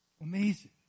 Amazing